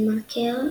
TheMarker,